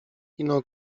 ino